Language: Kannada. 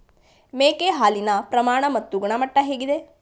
ಮೇಕೆ ಹಾಲಿನ ಪ್ರಮಾಣ ಮತ್ತು ಗುಣಮಟ್ಟ ಹೇಗಿದೆ?